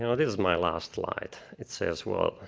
you know this is my last slide. it says, well,